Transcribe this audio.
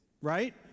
right